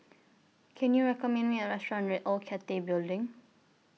Can YOU recommend Me A Restaurant near Old Cathay Building